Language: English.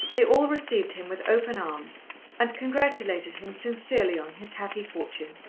they all received him with open arms and congratulated him sincerely on his happy fortune.